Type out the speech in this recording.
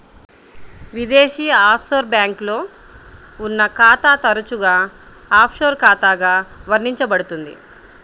విదేశీ ఆఫ్షోర్ బ్యాంక్లో ఉన్న ఖాతా తరచుగా ఆఫ్షోర్ ఖాతాగా వర్ణించబడుతుంది